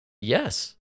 Yes